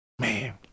man